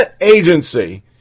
agency